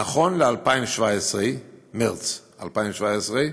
נכון למרס 2017,